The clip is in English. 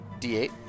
D8